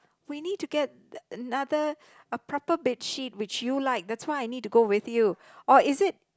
we need to get another a proper bedsheet which you like that why I need to go with you or is it